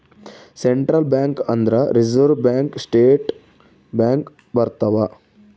central bank ಅಂದ್ರ reserve bank state bank ಬರ್ತವ